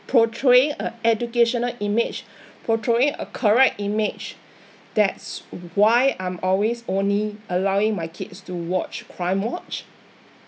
portraying a educational image portraying a correct image that's why I'm always only allowing my kids to watch crime watch